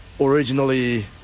originally